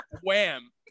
wham